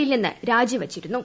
യിൽ നിന്ന് രാജിവച്ചിരുന്നു